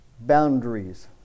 boundaries